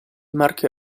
marchio